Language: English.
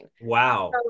Wow